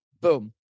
Boom